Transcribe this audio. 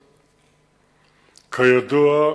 כידוע,